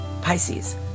Pisces